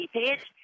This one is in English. page